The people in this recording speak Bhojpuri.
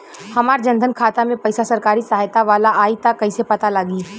हमार जन धन खाता मे पईसा सरकारी सहायता वाला आई त कइसे पता लागी?